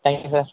thank you sir